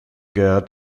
gehört